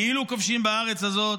כאילו כובשים בארץ הזאת,